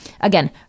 again